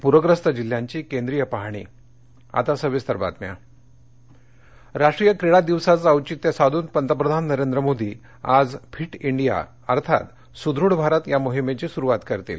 पूरख्रस्त जिल्ह्यांची केंद्रीय पाहणी फिटइंडिया राष्ट्रीय क्रीडा दिवसाचं औचित्य साधून पंतप्रधान नरेंद्र मोदी आज फिट इंडिया अर्थात सुदृढ भारत या मोहिमेची सुरूवात करतील